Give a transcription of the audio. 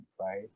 right